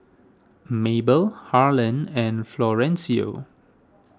Mabel Harland and Florencio